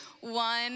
one